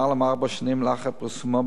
למעלה מארבע שנים לאחר פרסומה,